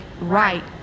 right